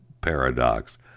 paradox